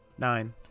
Nine